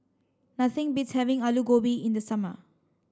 nothing beats having Alu Gobi in the summer